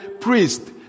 priest